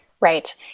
Right